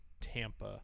Tampa